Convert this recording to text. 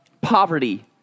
poverty